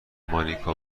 مانیکا